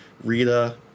Rita